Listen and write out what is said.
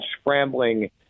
scrambling